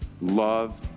love